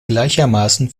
gleichermaßen